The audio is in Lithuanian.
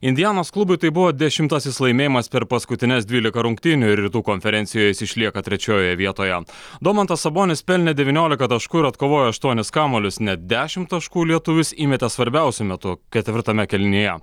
indianos klubui tai buvo dešimtasis laimėjimas per paskutines dvylika rungtynių ir rytų konferencijoje jis išlieka trečiojoje vietoje domantas sabonis pelnė devyniolika taškų ir atkovojo aštuonis kamuolius net dešimt taškų lietuvis įmetė svarbiausiu metu ketvirtame kėlinyje